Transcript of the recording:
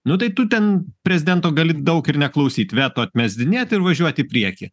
nu tai tu ten prezidento gali daug ir neklausyt veto atmesdinėt ir važiuot į priekį